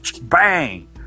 bang